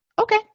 Okay